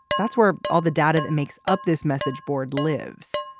that's where all the data that makes up this message board lives.